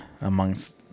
amongst